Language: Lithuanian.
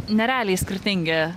nerealiai skirtingi